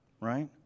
right